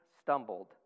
stumbled